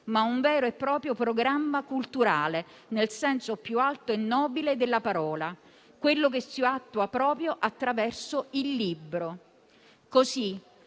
un vero e proprio programma culturale, nel senso più alto e nobile della parola, quello che si attua proprio attraverso il libro. Così,